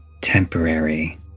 temporary